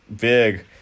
big